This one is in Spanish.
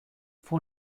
fue